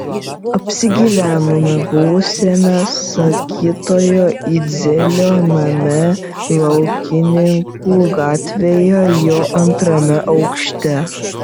apsigyvenome buvusiame sakytojo idzelio name laukininkų gatvėje jo antrame aukšte